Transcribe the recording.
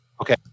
Okay